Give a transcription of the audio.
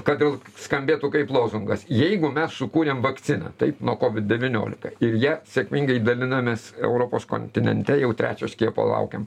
kad dėl skambėtų kaip lozungas jeigu mes sukūrėm vakciną taip nuo kovid devyniolika ir ja sėkmingai dalinamės europos kontinente jau trečio skiepo laukiam